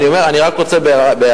ראש הממשלה תומך בזה, עד כמה שאני יודע.